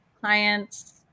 clients